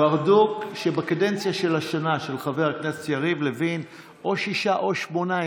בדוק שבקדנציה של השנה של חבר הכנסת יריב לוין או שישה או שמונה,